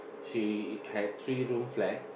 she had three room flat